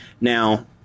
Now